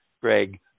Greg